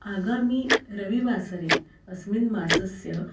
आगामिरविवासरे अस्मिन् मासस्य